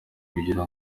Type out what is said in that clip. kugira